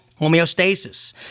homeostasis